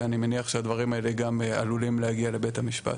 ואני מניח שהדברים האלה גם עלולים להגיע לבית המשפט.